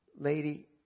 lady